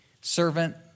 servant